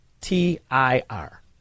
T-I-R